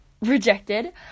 rejected